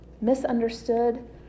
misunderstood